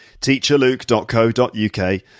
teacherluke.co.uk